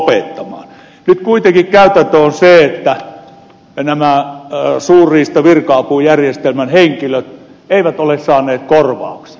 nyt kuitenkin käytäntö on se että nämä suurriistavirka apujärjestelmän henkilöt eivät ole saaneet korvauksia